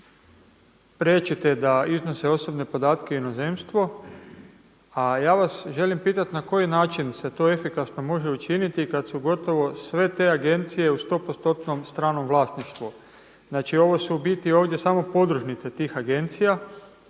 priječite da iznose osobne podatke u inozemstvu. A ja vas želim pitat na koji način se to efikasno može učiniti, kad su gotovo sve te agencije u 100% stranom vlasništvu? Znači ovo su u biti ovdje samo podružnice tih agencija,